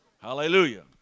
Hallelujah